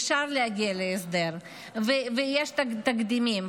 אפשר להגיע להסדר ויש תקדימים,